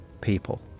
people